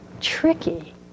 tricky